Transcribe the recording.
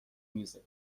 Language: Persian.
میزه